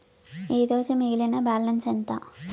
ఈరోజు మిగిలిన బ్యాలెన్స్ ఎంత?